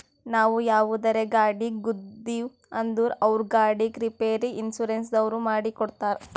ನಾವು ಯಾವುದರೇ ಗಾಡಿಗ್ ಗುದ್ದಿವ್ ಅಂದುರ್ ಅವ್ರ ಗಾಡಿದ್ ರಿಪೇರಿಗ್ ಇನ್ಸೂರೆನ್ಸನವ್ರು ಮಾಡಿ ಕೊಡ್ತಾರ್